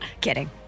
Kidding